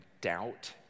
doubt